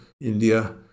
India